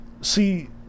See